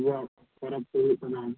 ᱤᱭᱟ ᱯᱚᱨᱚᱵᱽ ᱠᱚ ᱦᱩᱭᱩᱜ ᱠᱟᱱᱟ